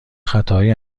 خطاهای